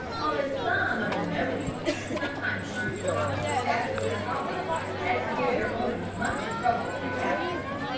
although some of the knowing horses sometimes learn to hop so fast with their hobbles as to give their owners much trouble to recapture them.